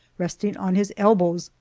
resting on his elbows,